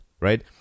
Right